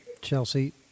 Chelsea